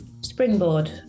springboard